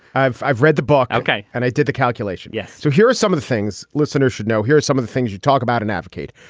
i've i've read the book. ok. and i did the calculation. yes. so here are some of the things listeners should know here. here's some of the things you talk about. an advocate,